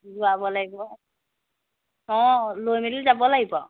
জোৰাব লাগিব অঁ লৈ মেলিও যাব লাগিব আৰু